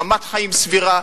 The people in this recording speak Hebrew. רמת חיים סבירה,